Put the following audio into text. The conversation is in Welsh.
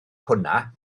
hwnna